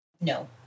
No